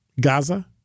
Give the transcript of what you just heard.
Gaza